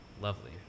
lovely